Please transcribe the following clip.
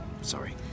Sorry